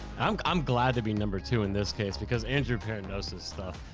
um i'm glad to be number two in this case, because andrew perrin knows this stuff.